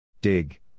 Dig